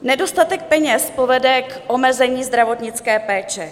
Nedostatek peněz povede k omezení zdravotnické péče.